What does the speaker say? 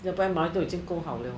就已经够好了